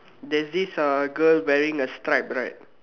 there's this uh girl wearing a stripe right